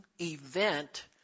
event